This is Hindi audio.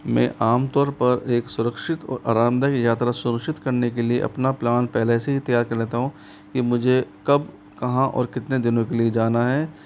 मैं आमतौर पर एक सुरक्षित और आरामदायक यात्रा सुनिश्चित करने के लिए अपना प्लान पहले से ही तैयार कर लेता हूँ कि मुझे कब कहाँ और कितने दिनों के लिए जाना है